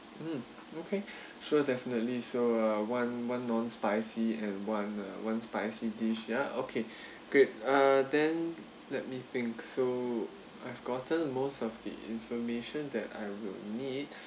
mm okay sure definitely so uh one one non spicy and one uh one spicy dish ya okay great uh then let me think so I've gotten most of the information that I will need